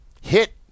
hit